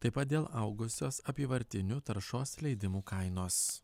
taip pat dėl augusios apyvartinių taršos leidimų kainos